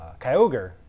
Kyogre